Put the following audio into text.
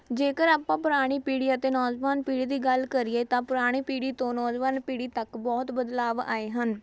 ਜੇਕਰ ਆਪਾਂ ਪੁਰਾਣੀ ਪੀੜ੍ਹੀ ਅਤੇ ਨੌਜਵਾਨ ਪੀੜ੍ਹੀ ਦੀ ਗੱਲ ਕਰੀਏ ਤਾਂ ਪੁਰਾਣੀ ਪੀੜ੍ਹੀ ਤੋਂ ਨੌਜਵਾਨ ਪੀੜ੍ਹੀ ਤੱਕ ਬਹੁਤ ਬਦਲਾਵ ਆਏ ਹਨ